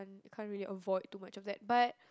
can't really avoid too much of that but